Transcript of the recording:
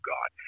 God